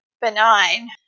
benign